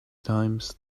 times